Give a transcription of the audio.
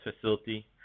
facility